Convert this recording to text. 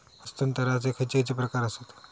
हस्तांतराचे खयचे खयचे प्रकार आसत?